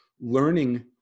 learning